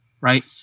right